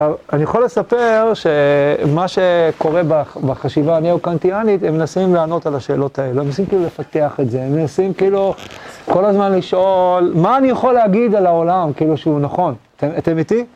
אני יכול לספר שמה שקורה בחשיבה הנאו-קנטיאנית, הם מנסים לענות על השאלות האלה. הם מנסים כאילו לפתח את זה, הם מנסים כאילו כל הזמן לשאול: מה אני יכול להגיד על העולם, כאילו, שהוא נכון, אתם איתי?